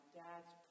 dad's